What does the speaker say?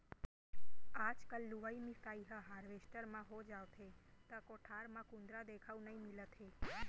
आजकल लुवई मिसाई ह हारवेस्टर म हो जावथे त कोठार म कुंदरा देखउ नइ मिलत हे